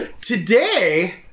Today